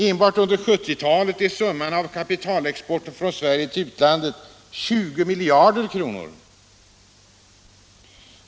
Enbart under 1970-talet är summan av kapitalexporten från Sverige till utlandet 20 miljarder kronor.